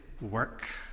work